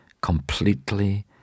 completely